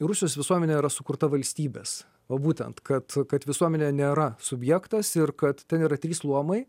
rusijos visuomenė yra sukurta valstybės o būtent kad kad visuomenė nėra subjektas ir kad ten yra trys luomai